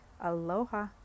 Aloha